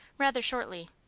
rather shortly.